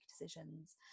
decisions